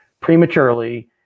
prematurely